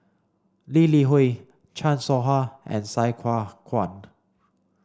Lee Li Hui Chan Soh Ha and Sai Hua Kuan